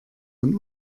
und